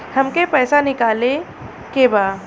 हमके पैसा निकाले के बा